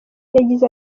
yagize